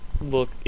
look